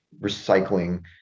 recycling